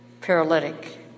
paralytic